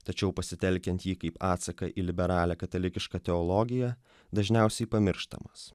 tačiau pasitelkiant jį kaip atsaką į liberalią katalikišką teologiją dažniausiai pamirštamas